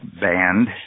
band